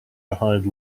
behind